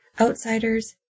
outsiders